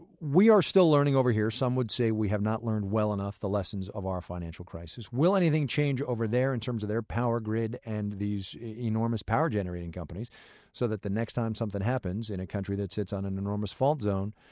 we are still learning over here some would say we have not learned well enough the lessons of our financial crisis. will anything change over there in terms of their power grid and these enormous power-generating companies so that the next time something happens in a country that sits in an enormous fault zone,